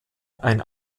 ein